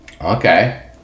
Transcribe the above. Okay